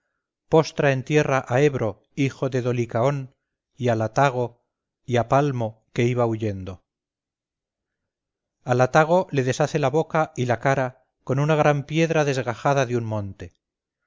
postra en tierra a hebro hijo de dolicaón y a latago y a palmo que iba huyendo a latago le deshace la boca y la cara con una gran piedra desgajada de un monte